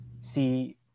see